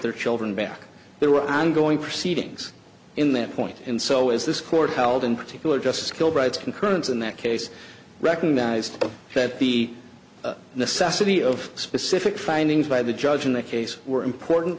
their children back there were ongoing proceedings in that point and so is this court held in particular just kilbride's concurrence in that case recognized that the necessity of specific findings by the judge in the case were important